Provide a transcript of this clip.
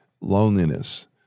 loneliness